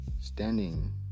standing